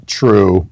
true